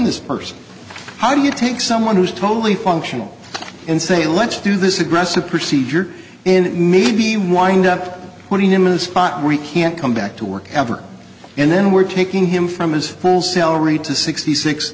this person how do you take someone who's totally functional and say let do this aggressive procedure and maybe wind up putting him in a spot where he can't come back to work ever and then we're taking him from his full salary to sixty six